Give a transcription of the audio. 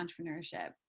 entrepreneurship